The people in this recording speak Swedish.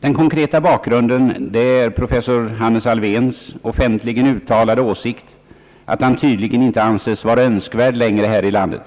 Den konkreta bakgrunden är professor Hannes Alfvéns offentligen uttalade åsikt att han tydligen inte längre anses vara önskvärd här i landet.